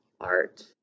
art